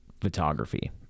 photography